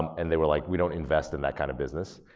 and they were like, we don't invest in that kind of business.